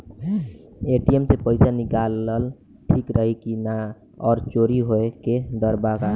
ATM से पईसा निकालल ठीक रही की ना और चोरी होये के डर बा का?